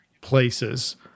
places